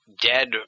dead